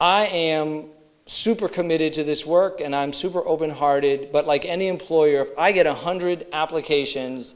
i am super committed to this work and i'm super open hearted but like any employer i get one hundred applications